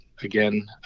again